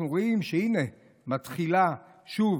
אנחנו רואים שהינה מתחיל שוב,